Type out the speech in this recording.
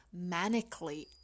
manically